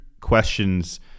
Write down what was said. questions